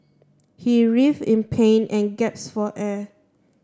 he writhed in pain and for air